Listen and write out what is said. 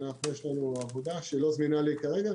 יש לנו עבודה שלא זמינה לי כרגע.